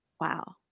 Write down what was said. Wow